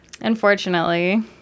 Unfortunately